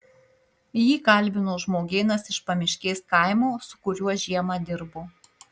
jį kalbino žmogėnas iš pamiškės kaimo su kuriuo žiemą dirbo